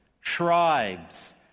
tribes